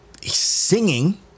singing